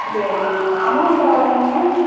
சரிங்க அமௌன்ட் எவ்வளோங்க